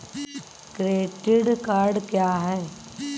Credit card क्या है?